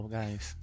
guys